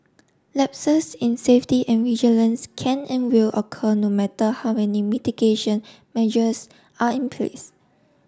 lapses in safety and vigilance can and will occur no matter how many mitigation measures are in place